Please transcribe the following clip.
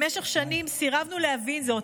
במשך שנים סירבנו להבין זאת,